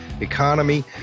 economy